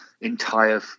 entire